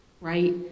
right